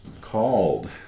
called